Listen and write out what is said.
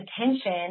attention